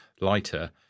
lighter